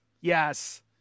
Yes